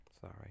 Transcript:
Sorry